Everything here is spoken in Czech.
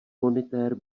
monitér